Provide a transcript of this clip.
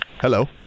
Hello